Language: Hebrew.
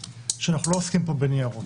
שאנחנו לא עוסקים פה בניירות.